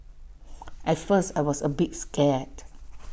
at first I was A bit scared